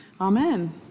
Amen